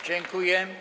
Dziękuję.